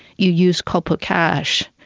you use copper cash,